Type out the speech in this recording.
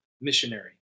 missionary